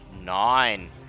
Nine